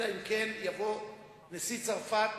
אלא אם כן יבוא נשיא צרפת,